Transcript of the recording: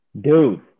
Dude